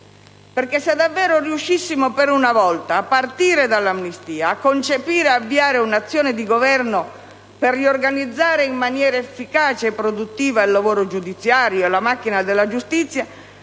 perché se davvero riuscissimo per una volta a partire dall'amnistia, a concepire ed avviare una azione di governo per riorganizzare in maniera efficace e produttiva il lavoro giudiziario e la macchina della giustizia,